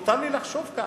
מותר לי לחשוב כך.